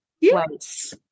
yes